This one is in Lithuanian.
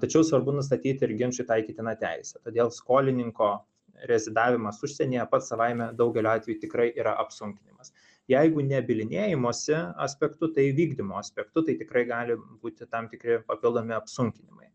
tačiau svarbu nustatyti ir ginčui taikytiną teisę todėl skolininko rezidavimas užsienyje pats savaime daugeliu atveju tikrai yra apsunkinimas jeigu ne bylinėjimosi aspektu tai vykdymu aspektu tai tikrai gali būti tam tikri papildomi apsunkinimai